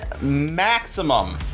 maximum